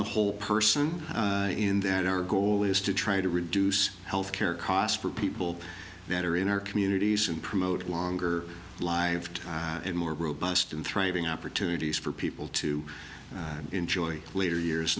the whole person in that our goal is to try to reduce health care costs for people that are in our communities and promote longer lived in more robust and thriving opportunities for people to enjoy later years